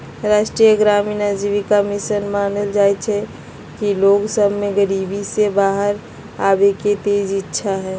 राष्ट्रीय ग्रामीण आजीविका मिशन मानइ छइ कि लोग सभ में गरीबी से बाहर आबेके तेज इच्छा हइ